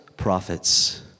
prophets